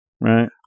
Right